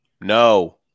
No